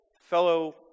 fellow